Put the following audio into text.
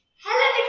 hello